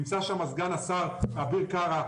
נמצא שם סגן השר אביר קארה,